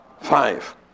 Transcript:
Five